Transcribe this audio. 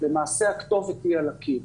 למעשה הכתובת היא על הקיר.